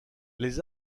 les